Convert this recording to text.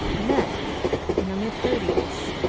and then in her mid thirty s,